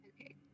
Okay